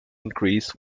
increase